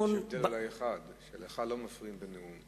יש אולי הבדל אחד, שלך לא מפריעים בנאום.